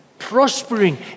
prospering